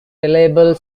reliable